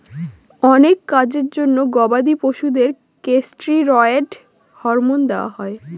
অনেক কাজের জন্য গবাদি পশুদের কেষ্টিরৈড হরমোন দেওয়া হয়